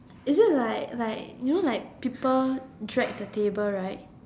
is it like like you know like people drag the table right